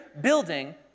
building